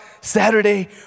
Saturday